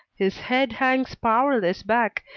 his head hangs powerless back,